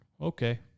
Okay